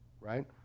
right